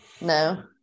No